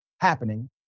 happening